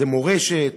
זאת מורשת,